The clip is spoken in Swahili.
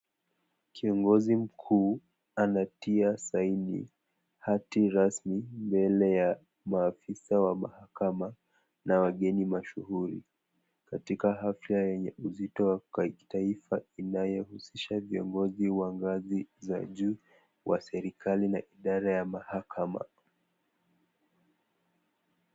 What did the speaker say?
Kiongozi mkuu anatia saini hati rasmi mbele ya maafisa wa mahakama na wageni mashuhuri katika halfa yenye uzito wa kitaifa inayohusisha viongozi wa ngazi za juu kwa serikali na idhara ya mahakama.